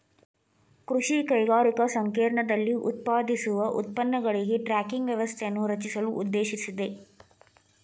ಕೃಷಿ ಕೈಗಾರಿಕಾ ಸಂಕೇರ್ಣದಲ್ಲಿ ಉತ್ಪಾದಿಸುವ ಉತ್ಪನ್ನಗಳಿಗೆ ಟ್ರ್ಯಾಕಿಂಗ್ ವ್ಯವಸ್ಥೆಯನ್ನು ರಚಿಸಲು ಉದ್ದೇಶಿಸಿದೆ